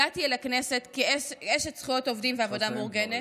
הגעתי אל הכנסת כאשת זכויות עובדים ועבודה מאורגנת.